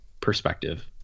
perspective